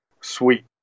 sweet